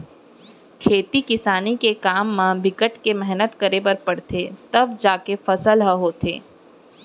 खेती किसानी के काम म बिकट के मेहनत करे बर परथे तव जाके फसल ह होथे